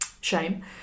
shame